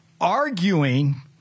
arguing—